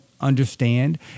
Understand